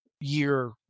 year